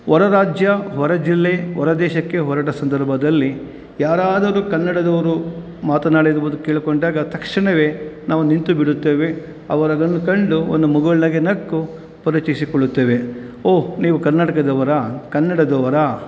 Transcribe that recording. ಹೊರ ರಾಜ್ಯ ಹೊರ ಜಿಲ್ಲೆ ಹೊರ ದೇಶಕ್ಕೆ ಹೊರಟ ಸಂದರ್ಭದಲ್ಲಿ ಯಾರಾದರೂ ಕನ್ನಡದವರು ಮಾತನಾಡಿರುವುದು ಕೇಳಿಕೊಂಡಾಗ ತಕ್ಷಣವೇ ನಾವು ನಿಂತು ಬಿಡುತ್ತೇವೆ ಅವರು ಅದನ್ನು ಕಂಡು ಒಂದು ಮುಗುಳುನಗೆ ನಕ್ಕು ಪರಿಚಯಿಸಿಕೊಳ್ಳುತ್ತೇವೆ ಓಹ್ ನೀವು ಕರ್ನಾಟಕದವರಾ ಕನ್ನಡದವರಾ